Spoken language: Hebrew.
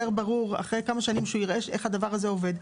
ברור אחרי כמה שנים שהוא יראה איך הדבר הזה עובד,